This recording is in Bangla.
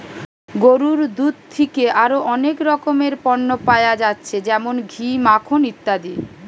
গরুর দুধ থিকে আরো অনেক রকমের পণ্য পায়া যাচ্ছে যেমন ঘি, মাখন ইত্যাদি